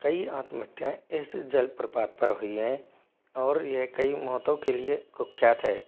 कई आत्महत्याएँ इस जलप्रपात पर हुई हैं और यह कई मौतों के लिए कुख्यात है